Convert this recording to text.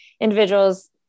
individuals